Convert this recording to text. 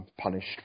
punished